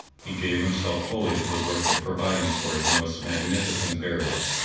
he gave himself wholly to the work of providing for it a most magnificent burial.